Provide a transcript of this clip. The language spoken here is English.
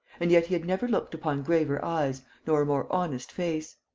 and yet he had never looked upon graver eyes nor a more honest face.